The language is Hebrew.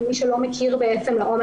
למי שלא מכיר את המחלה,